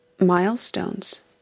milestones